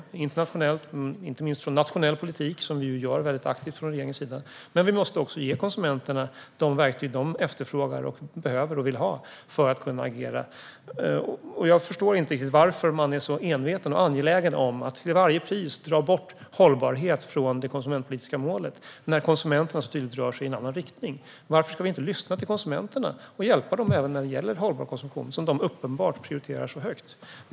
Det gäller internationellt och inte minst i nationell politik, som vi gör väldigt aktivt från regeringens sida. Men vi måste också ge konsumenterna de verktyg de efterfrågar, behöver och vill ha för att kunna agera. Jag förstår inte riktigt varför man är så enveten och angelägen om att till varje pris dra bort hållbarhet från det konsumentpolitiska målet när konsumenterna så tydligt rör sig i en annan riktning. Varför ska vi inte lyssna till konsumenterna och hjälpa dem även när det gäller hållbar konsumtion, som de uppenbart prioriterar så högt?